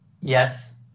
Yes